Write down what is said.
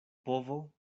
povo